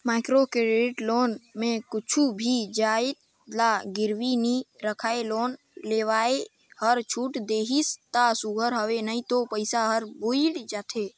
micro credit loan में कुछु भी जाएत ल गिरवी नी राखय लोन लेवइया हर छूट देहिस ता सुग्घर हवे नई तो पइसा हर बुइड़ जाथे